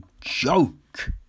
joke